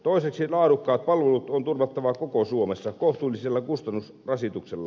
toiseksi laadukkaat palvelut on turvattava koko suomessa kohtuullisella kustannusrasituksella